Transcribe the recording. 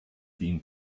being